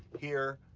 here,